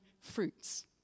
fruits